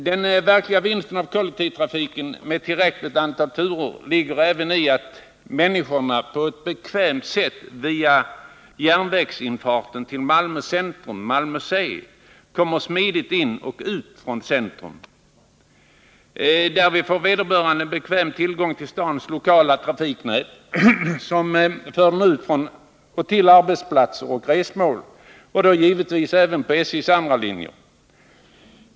Den verkliga vinsten av en kollektivtrafik med ett tillräckligt antal turer ligger i att människorna på ett bekvämt sätt via järnvägsinfarten till Malmö centrum, Malmö C, kommer smidigt in och ut från centrum. Därvid får som för dem vederbörande en bekväm tillgång till stadens lokala trafiknä till och från arbetsplatser och resmål — då givetvis även till sådana på SJ:s andra linjer.